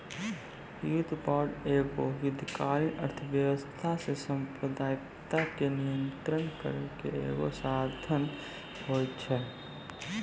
युद्ध बांड एगो युद्धकालीन अर्थव्यवस्था से मुद्रास्फीति के नियंत्रण करै के एगो साधन होय छै